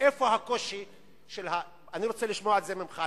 אני רוצה לשמוע את זה ממך.